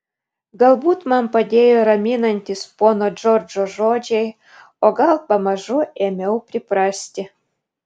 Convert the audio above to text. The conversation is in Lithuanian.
galbūt man padėjo raminantys pono džordžo žodžiai o gal pamažu ėmiau priprasti